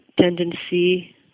tendency